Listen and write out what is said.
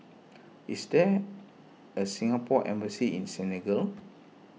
is there a Singapore Embassy in Senegal